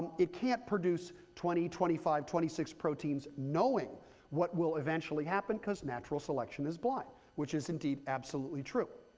it can't produce twenty, twenty five, twenty six proteins knowing what will eventually happen, because natural selection is blind, which is indeed absolutely true.